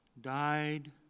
died